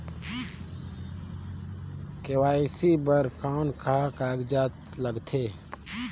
KYC बर कौन का कागजात लगथे?